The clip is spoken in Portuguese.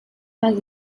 mais